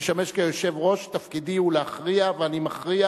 לשמש יושב-ראש, תפקידי הוא להכריע, ואני מכריע.